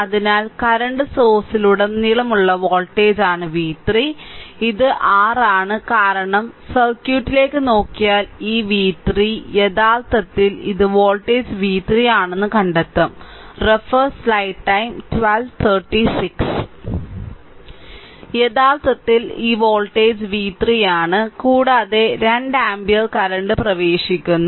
അതിനാൽ കറന്റ് സോഴ്സിലുടനീളമുള്ള വോൾട്ടേജാണ് v3 ഇത് r ആണ് കാരണം സർക്യൂട്ടിലേക്ക് നോക്കിയാൽ ഈ v3 യഥാർത്ഥത്തിൽ ഈ വോൾട്ടേജ് v3 ആണെന്ന് കണ്ടെത്തും യഥാർത്ഥത്തിൽ ഈ വോൾട്ടേജ് v3 ആണ് കൂടാതെ 2 ആമ്പിയർ കറന്റ് പ്രവേശിക്കുന്നു